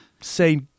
say